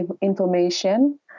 information